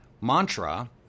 mantra